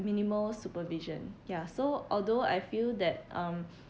minimal supervision ya so although I feel that um